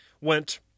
went